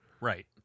Right